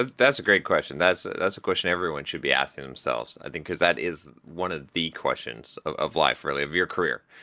that's a great question. that's that's a question everyone should be asking themselves, i think because that is one of the questions of of life, really, of your career.